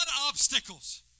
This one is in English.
obstacles